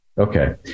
Okay